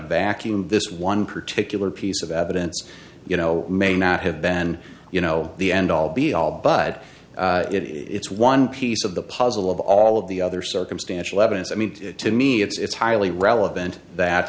vacuum this one particular piece of evidence you know may not have been you know the end all be all but it's one piece of the puzzle of all of the other circumstantial evidence i mean to me it's highly relevant that